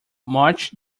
march